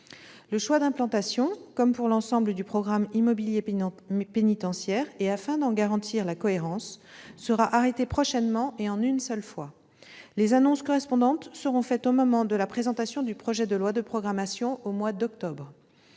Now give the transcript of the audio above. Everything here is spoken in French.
Le choix d'implantation, comme pour l'ensemble du programme immobilier pénitentiaire et afin d'en garantir la cohérence, sera arrêté prochainement et en une seule fois. Les annonces correspondantes seront faites au moment de la présentation du projet de loi de programmation, au mois d'octobre.